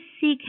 seek